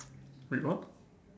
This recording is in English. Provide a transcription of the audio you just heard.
wait what